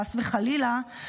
חס וחלילה,